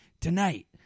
tonight